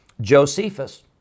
Josephus